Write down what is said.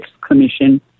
commission